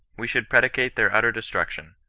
we should predicate their utter destruc tion.